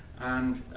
and